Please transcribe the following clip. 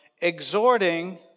exhorting